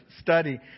study